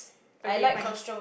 okay fine